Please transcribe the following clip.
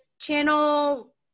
channel